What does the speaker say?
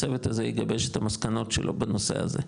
הצוות הזה יגבש את המסקנות שלו בנושא הזה.